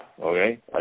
Okay